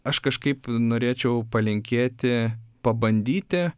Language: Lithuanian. aš kažkaip norėčiau palinkėti pabandyti